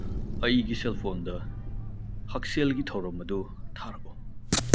ꯑꯩꯒꯤ ꯁꯦꯜ ꯐꯣꯟꯗ ꯍꯛꯁꯦꯜꯒꯤ ꯊꯧꯔꯝ ꯑꯗꯨ ꯊꯥꯔꯛꯎ